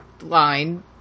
line